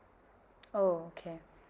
oh okay